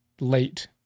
late